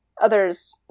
Others